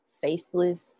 faceless